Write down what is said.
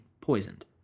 poisoned